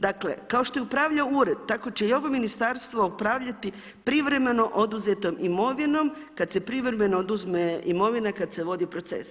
Dakle, kao što je upravljao ured tako će i ovo ministarstvo upravljati privremeno oduzetom imovinom kada se privremeno oduzme imovina kada se vodi proces.